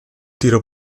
tiro